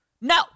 No